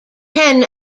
ten